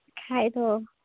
ᱵᱟᱠᱷᱟᱱ ᱫᱚ